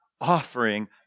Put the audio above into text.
offering